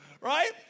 Right